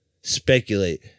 speculate